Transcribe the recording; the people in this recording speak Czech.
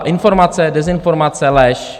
Informace, dezinformace, lež?